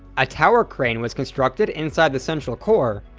a tower crane was constructed inside the central core,